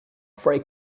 free